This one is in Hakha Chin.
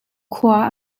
khua